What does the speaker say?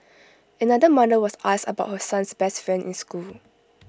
another mother was asked about her son's best friend in school